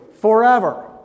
forever